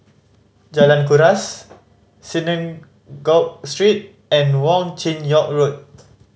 Jalan Kuras Synagogue Street and Wong Chin Yoke Road